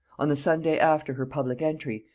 on the sunday after her public entry,